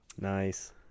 nice